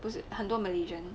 不是很多 Malaysian